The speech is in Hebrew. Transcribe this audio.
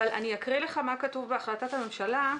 אקריא לך מה כתוב בהחלטת הממשלה: